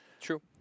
True